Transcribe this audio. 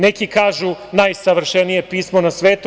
Neki kažu - najsavršenije pismo na svetu.